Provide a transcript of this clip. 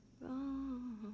wrong